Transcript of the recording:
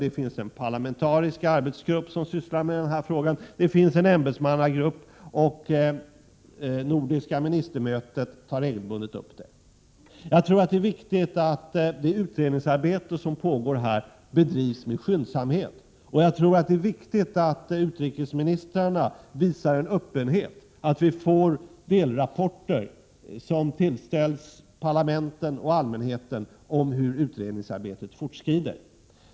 Det finns en parlamentarisk arbetsgrupp som sysslar med den här frågan. Det finns en ämbetsmannagrupp, och nordiska ministermötet tar regelbundet upp den. Jag tror att det är viktigt att det utredningsarbete som här pågår bedrivs med skyndsamhet och att utrikesministrarna visar öÖppenhet, så att vi får delrapporter, som tillställs parlamenten och allmänheten, om hur utredningsarbetet fortskrider.